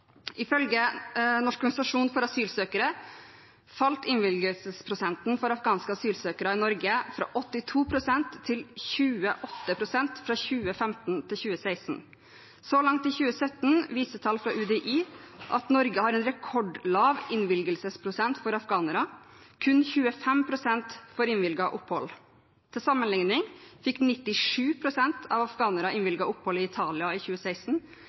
Ifølge Norsk organisasjon for asylsøkere falt innvilgelsesprosenten for afghanske asylsøkere i Norge fra 82 pst. til 28 pst. fra 2015 til 2016. Så langt i 2017 viser tall fra UDI at Norge har en rekordlav innvilgelsesprosent for afghanere, kun 25 pst. får innvilget opphold. Til sammenligning fikk 97 pst. av afghanere innvilget opphold i Italia i 2016,